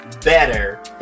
better